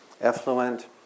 effluent